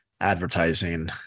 advertising